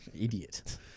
Idiot